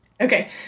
Okay